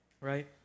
Right